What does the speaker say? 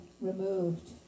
removed